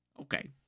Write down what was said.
Okay